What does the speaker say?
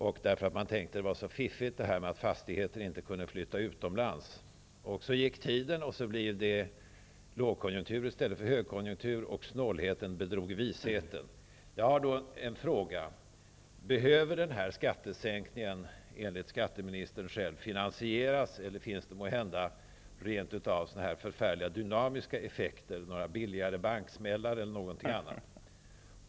Man tyckte att det var fiffigt, eftersom fastigheter inte kan flytta utomlands. Så gick tiden, och så blev det lågkonjunktur i stället för högkonjunktur, och snålheten bedrog visheten. Jag har en fråga: Behöver den här skattesänkningen enligt skatteministern själv finansieras, eller blir det måhända rent av några så förfärliga dynamiska effekter, några billiga banksmällar eller något liknande?